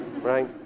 right